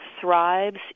thrives